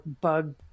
bug